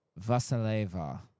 Vasileva